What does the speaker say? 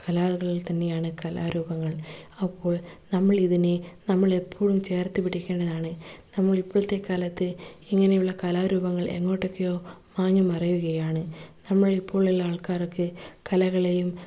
കലകൾ തന്നെയാണ് കലാരൂപങ്ങൾ അപ്പോൾ നമ്മളിതിനെ നമ്മളെപ്പോഴും ചേർത്ത് പിടിക്കേണ്ടതാണ് നമ്മൾ ഇപ്പോഴത്തെക്കാലത്ത് ഇങ്ങനെയുള്ള കലാരൂപങ്ങൾ എങ്ങോട്ടൊക്കെയോ മാഞ്ഞു മറയുകയാണ് നമ്മൾ ഇപ്പോഴുള്ള ആൾക്കാരൊക്കെ കലകളെയും